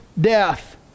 death